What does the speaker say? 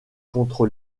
contre